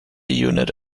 unit